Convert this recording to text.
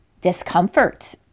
discomfort